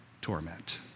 torment